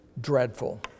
dreadful